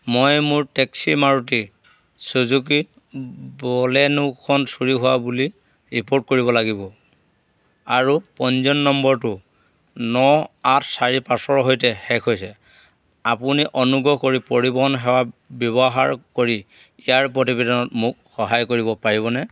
মই মোৰ taxi Maruti Suzuki বলেনোখন চুৰি হোৱা বুলি ৰিপ'ৰ্ট কৰিব লাগিব আৰু পঞ্জীয়ন নম্বৰটো ন আঠ চাৰি পাঁচৰ সৈতে শেষ হৈছে আপুনি অনুগ্ৰহ কৰি পৰিবহণ সেৱা ব্যৱহাৰ কৰি ইয়াৰ প্ৰতিবেদনত মোক সহায় কৰিব পাৰিবনে